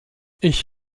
ich